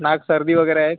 नाक सर्दी वगैरे आहे